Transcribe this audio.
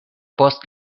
post